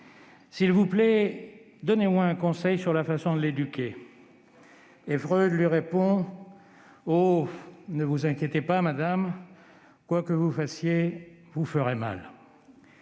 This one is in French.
S'il vous plaît, donnez-moi un conseil sur la façon de l'éduquer. » Et Freud lui répond :« Oh ! Ne vous inquiétez pas, madame, quoi que vous fassiez, vous ferez mal. »